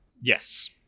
yes